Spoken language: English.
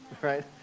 right